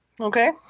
okay